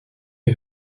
est